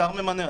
השר ממנה.